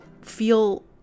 feel